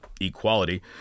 equality